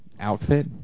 outfit